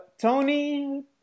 Tony